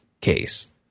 case